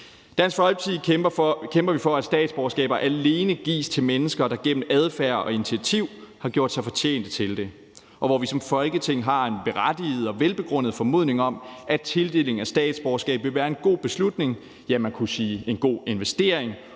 Dansk Folkeparti kæmper vi for, at statsborgerskaber alene gives til mennesker, der gennem adfærd og initiativ har gjort sig fortjent til det, og når vi som Folketing har en berettiget og velbegrundet formodning om, at tildeling af statsborgerskab vil være en god beslutning, ja, man kunne sige en god investering